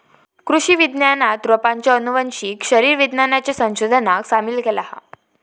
कृषि विज्ञानात रोपांच्या आनुवंशिक शरीर विज्ञानाच्या संशोधनाक सामील केला हा